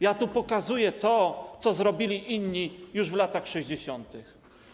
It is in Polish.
Ja tu pokazuję to, co zrobili inni już w latach 60.